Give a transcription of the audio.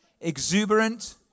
Exuberant